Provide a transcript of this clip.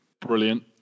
brilliant